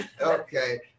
Okay